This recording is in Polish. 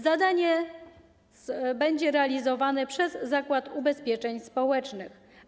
Zadanie będzie realizowane przez Zakład Ubezpieczeń Społecznych.